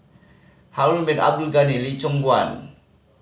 Harun Bin Abdul Ghani Lee Choon Guan